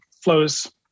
flows